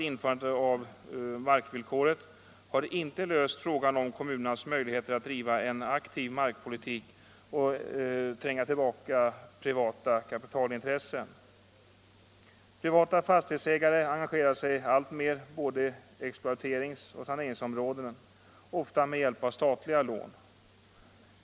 införandet av markvillkoret, har inte löst frågan om kommunernas möjligheter att driva en aktiv markpolitik och tränga tillbaka privata kapitalintressen. Privata fastighetsägare engagerar sig alltmer i både exploateringsoch saneringsområden, ofta med hjälp av statliga lån.